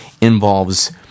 involves